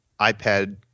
iPad